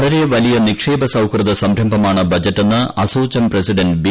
വളരെ വലിയ നിക്ഷേപ സൌഹൃദ സംരംഭമാണ് ബജറ്റെന്ന് അസോചാം പ്രസിഡന്റ് ബി